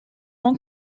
ans